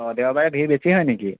অ দেওবাৰে ভিৰ বেছি হয় নেকি